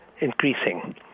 increasing